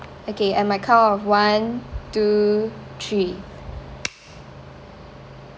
okay at my count of one two three